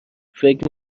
فکر